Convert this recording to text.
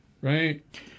right